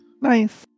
Nice